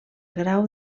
grau